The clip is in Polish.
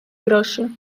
groszy